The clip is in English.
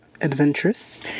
adventurous